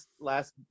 last